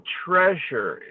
treasure